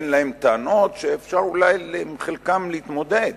שאין להם טענות, שאפשר אולי עם חלקן להתמודד